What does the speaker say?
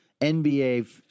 NBA